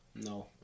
No